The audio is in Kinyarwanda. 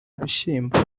bishyimbo